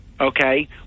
okay